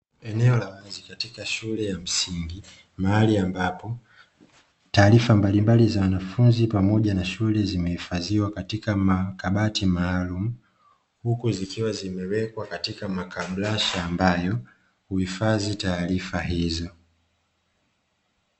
Eneo la wazi katika shule ya msingi mahali ambapo taarifa mbalimbali za wanafunzi pamoja na shule zimehifadhiwa katika makabati maalumu, huku zikiwa zimewekwa katika makablasha ambayo huifadhi taarifa hizo.